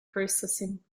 processing